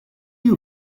you